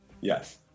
yes